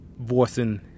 Voicing